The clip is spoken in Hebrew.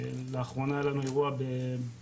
לאחרונה היה לנו אירוע ברהט,